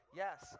yes